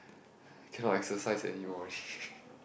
cannot exercise anymore